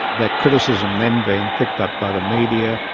that criticism then being picked up by the media,